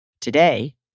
Today